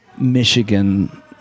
Michigan